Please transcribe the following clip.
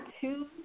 two